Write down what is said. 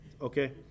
okay